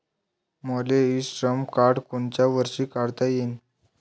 मले e Shram card कोनच्या वर्षी काढता येईन?